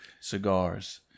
Cigars